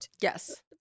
Yes